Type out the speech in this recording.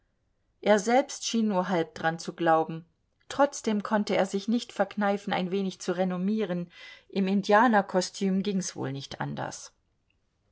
er selbst schien nur halb dran zu glauben trotzdem konnte er sich nicht verkneifen ein wenig zu renommieren im indianerkostüm ging's wohl nicht anders